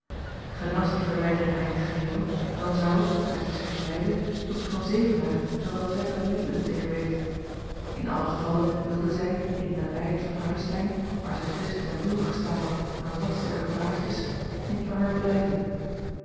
enas die verwijdering haar niet geheel dan zou naar zij zich vleide r an evenaer er wel verdere middelen tegen weten in allen gevalle wilde zij in de nabijheid van ardestein waar zij dus ten doel gestaan had aan lasterlijke praatjes niet langer blijven